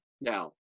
Now